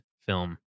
film